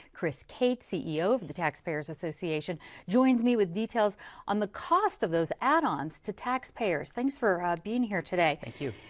chris cate ceo of the taxpayers association joins me with details on the cost of those add ah ones to taxpayers, thanks for ah being here today. thank you.